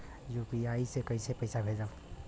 UPI से कईसे पैसा भेजब?